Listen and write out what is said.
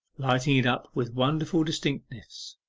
lighting it up with wonderful distinctness.